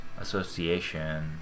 Association